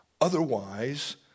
Otherwise